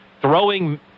throwing